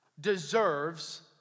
deserves